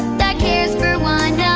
that cares for one